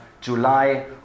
July